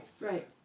Right